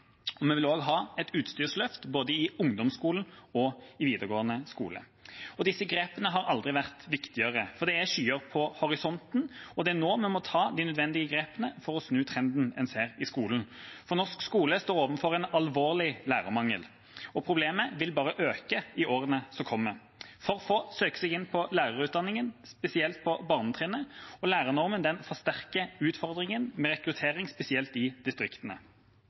trenger. Vi vil også ha et utstyrsløft både i ungdomsskolen og i videregående skole. Disse grepene har aldri vært viktigere, for det er skyer i horisonten. Det er nå vi må ta de nødvendige grepene for å snu trenden en ser i skolen, for norsk skole står overfor en alvorlig lærermangel, og problemet vil bare øke i årene som kommer. For få søker seg inn på lærerutdanningen, spesielt på barnetrinnet, og lærernormen forsterker utfordringen med rekruttering, spesielt i distriktene.